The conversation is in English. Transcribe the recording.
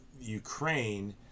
Ukraine